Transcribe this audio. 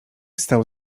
stał